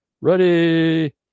Ready